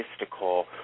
mystical